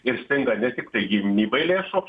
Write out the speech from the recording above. ir stinga ne tiktai gynybai lėšų